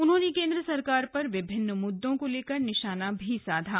उन्होंने केंद्र सरकार पर विभिन्न मुददों को लेकर निशाना भी साधा